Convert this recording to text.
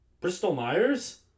Bristol-Myers